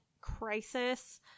Crisis